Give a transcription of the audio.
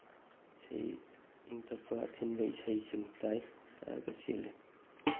ꯏꯁꯩ ꯏꯪ ꯇꯞꯄ ꯑꯊꯤꯟꯕ ꯏꯁꯩꯁꯤꯡ ꯇꯥꯏ ꯇꯥꯔꯒ ꯆꯦꯜꯂꯤ